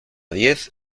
diez